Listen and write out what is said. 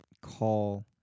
call